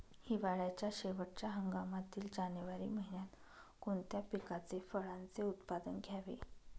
हिवाळ्याच्या शेवटच्या हंगामातील जानेवारी महिन्यात कोणत्या पिकाचे, फळांचे उत्पादन घ्यावे?